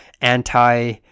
anti